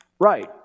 Right